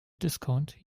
discount